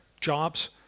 jobs